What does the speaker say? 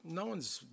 no-one's